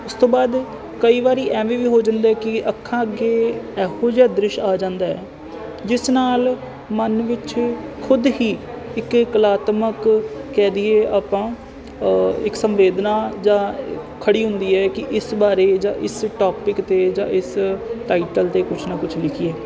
ਉਸ ਤੋਂ ਬਾਅਦ ਕਈ ਵਾਰ ਐਵੇਂ ਵੀ ਹੋ ਜਾਂਦਾ ਕਿ ਅੱਖਾਂ ਅੱਗੇ ਇਹੋ ਜਿਹਾ ਦ੍ਰਿਸ਼ ਆ ਜਾਂਦਾ ਜਿਸ ਨਾਲ ਮਨ ਵਿੱਚ ਖੁਦ ਹੀ ਇੱਕ ਕਲਾਤਮਾਕ ਕਹਿ ਦੇਈਏ ਆਪਾਂ ਇੱਕ ਸੰਵੇਦਨਾ ਜਾਂ ਖੜੀ ਹੁੰਦੀ ਹੈ ਕਿ ਇਸ ਬਾਰੇ ਜਾਂ ਇਸ ਟੋਪਿਕ 'ਤੇ ਜਾਂ ਇਸ ਟਾਈਟਲ 'ਤੇ ਕੁਛ ਨਾ ਕੁਛ ਲਿਖੀਏ